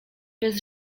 bez